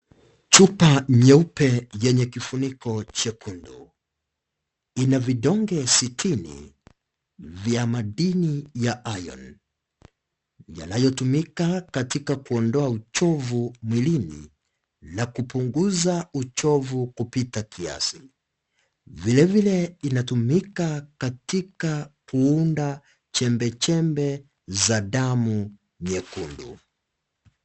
Chupa nyeupe yenye kifuniko jekundu. Ina vidonge sitini vya madini ya iron yanayotumika katika kuondoa uchovu mwilini na kupunguza uchovu kupita kiasi. Vilevile inatumika katika kuunda chembechembe za damu nyekundu.